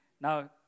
Now